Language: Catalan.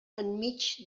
enmig